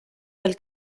del